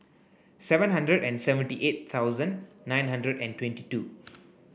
seven hundred and seventy eight thousand nine hundred and twenty two